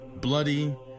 bloody